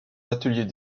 ateliers